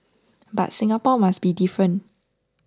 but Singapore must be different